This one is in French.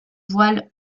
voiles